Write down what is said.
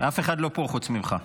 אף אחד לא פה חוץ ממך.